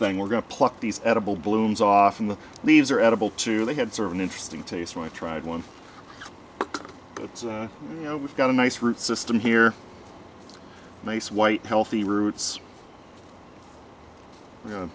thing we're going to pluck these edible blooms off in the leaves are edible to they had sort of an interesting to use when i tried one but you know we've got a nice root system here nice white healthy roots